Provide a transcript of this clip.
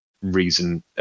Reason